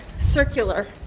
circular